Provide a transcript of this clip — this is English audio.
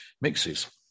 mixes